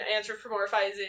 anthropomorphizing